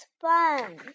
fun